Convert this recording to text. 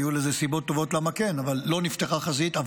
היו סיבות טובות למה כן, אבל לא נפתה חזית.